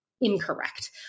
incorrect